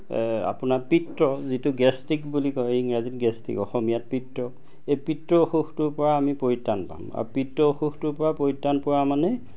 আপোনাৰ পিত্ত যিটো গেষ্ট্ৰিক বুলি কয় ইংৰাজীত গেষ্ট্ৰিক অসমীয়াত পিত্ত এই পিত্তৰ অসুখটোৰ পৰা আমি পৰিত্ৰাণ পাম আৰু পিত্তৰ অসুখটোৰ পৰা পৰিত্ৰাণ পোৱা মানে